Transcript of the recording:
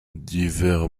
divers